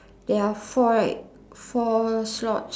there are four right four slots